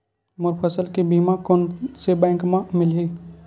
मोर फसल के बीमा कोन से बैंक म मिलही?